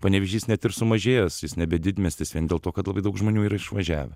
panevėžys net ir sumažėjęs jis nebe didmiestis vien dėl to kad labai daug žmonių yra išvažiavę